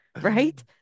right